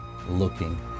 looking